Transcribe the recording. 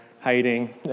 hiding